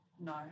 No